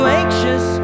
anxious